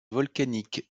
volcanique